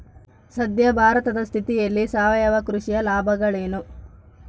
ಸದ್ಯ ಭಾರತದ ಸ್ಥಿತಿಯಲ್ಲಿ ಸಾವಯವ ಕೃಷಿಯ ಲಾಭಗಳೇನು?